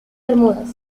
bermudas